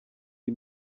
iyi